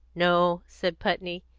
no, said putney.